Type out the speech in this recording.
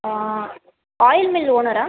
oil mill ஓனரா